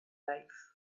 life